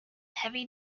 heavy